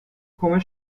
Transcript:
come